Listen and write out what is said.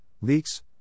leaks